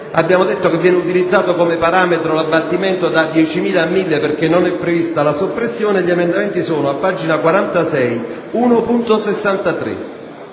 abbiamo detto che viene utilizzato come parametro l'abbattimento da 10.000 a 1.000 perché non è prevista la soppressione, mi rimetto all'Assemblea